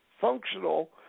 functional